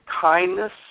kindness